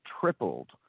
tripled